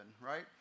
right